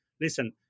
listen